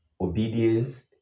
Obedience